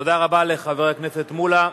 תודה רבה לחבר הכנסת מולה.